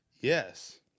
Yes